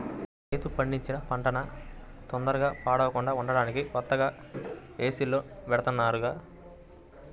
రైతు పండించిన పంటన తొందరగా పాడవకుండా ఉంటానికి కొత్తగా ఏసీల్లో బెడతన్నారుగా